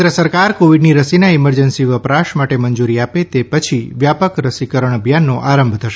કેન્દ્ર સરકાર કોવિડની રસીના ઈમરજન્સી વપરાશ માટે મંજૂરી આપે તે પછી વ્યાપક રસીકરણ અભિયાનનો આરંભ થશે